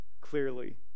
clearly